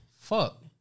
fuck